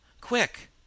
Quick